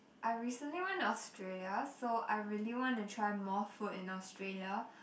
I recently went to Australia so I really wanna try more food in Australia